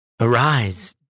Arise